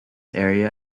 area